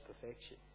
perfection